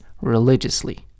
religiously